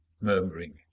murmuring